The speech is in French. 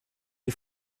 est